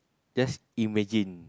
just imagine